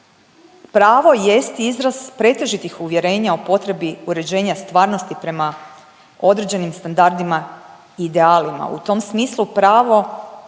Pravo jest izraz pretežitih uvjerenja o potrebi uređenja stvarnosti prema određenim standardima i idealima. U tom smislu pravo